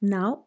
Now